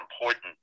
important